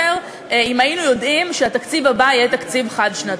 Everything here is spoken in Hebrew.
אם היינו יודעים שהתקציב הבא יהיה תקציב חד-שנתי.